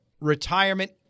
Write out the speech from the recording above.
retirement